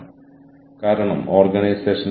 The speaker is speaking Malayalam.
അതിനാൽ ആ വെബ്സൈറ്റ് വികസിപ്പിക്കാൻ ഞാൻ സഹായിക്കുന്നു